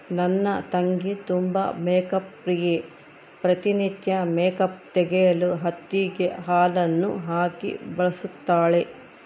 ನನ್ನ ತಂಗಿ ತುಂಬಾ ಮೇಕ್ಅಪ್ ಪ್ರಿಯೆ, ಪ್ರತಿ ನಿತ್ಯ ಮೇಕ್ಅಪ್ ತೆಗೆಯಲು ಹತ್ತಿಗೆ ಹಾಲನ್ನು ಹಾಕಿ ಬಳಸುತ್ತಾಳೆ